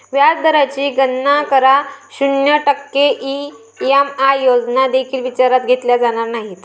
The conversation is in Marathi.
व्याज दराची गणना करा, शून्य टक्के ई.एम.आय योजना देखील विचारात घेतल्या जाणार नाहीत